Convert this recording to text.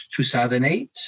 2008